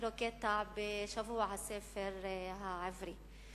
לקרוא קטע בשבוע הספר העברי.